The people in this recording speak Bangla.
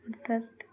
অর্থাৎ